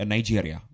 Nigeria